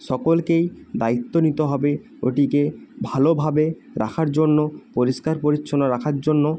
সকলকেই দায়িত্ব নিতে হবে ওটিকে ভালোভাবে রাখার জন্য পরিষ্কার পরিচ্ছন্ন রাখার জন্য